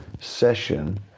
session